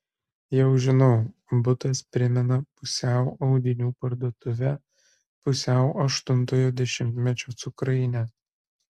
jau žinau butas primena pusiau audinių parduotuvę pusiau aštuntojo dešimtmečio cukrainę